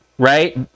Right